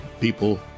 people